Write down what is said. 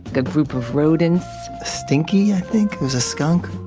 group of rodents stinky, i think, was a skunk?